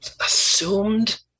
assumed